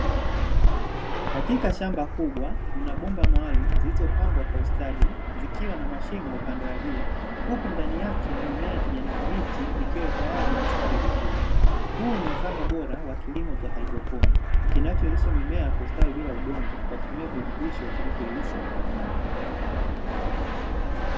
Katika shamba kubwa, kuna bomba maalumu zilizopangwa kwa ustadi zikiwa na mashimo upande wa juu; huko ndani yake mimea ya kijani kibichi ikiwa tayari imestawi vizuri. Huu ni mfano bora wa kilimo cha hydroponi kinachowezeshwa mimea kustawi bila udongo, kwa kutumia virutubisho vilivyoyeyushwa kwenye maji.